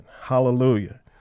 Hallelujah